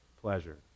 pleasure